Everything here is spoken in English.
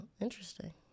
interesting